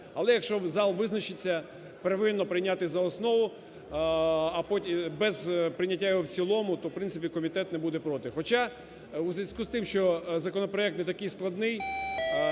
але, якщо зал визначиться первинно прийняти за основу без прийняття його в цілому, то в принципі комітет не буде проти. Хоча у зв'язку з цим, що законопроект не такий складний,